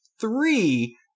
Three